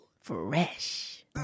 Fresh